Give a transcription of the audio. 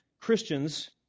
Christians